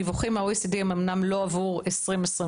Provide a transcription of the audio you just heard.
הדיווחים מה-OECD הם אמנם לא עבור 2022,